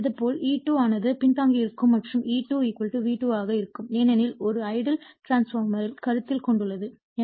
இதேபோல் E2 ஆனது பின்தங்கியிருக்கும் மற்றும் E2 V2 ஆக இருக்கும் ஏனெனில் ஒரு ஐடியல் டிரான்ஸ்பார்மர்யைக் கருத்தில் கொண்டுள்ளது